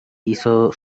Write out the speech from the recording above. hizo